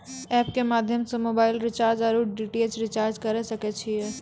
App के माध्यम से मोबाइल रिचार्ज ओर डी.टी.एच रिचार्ज करऽ सके छी यो?